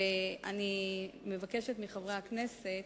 ואני מבקשת מחברי הכנסת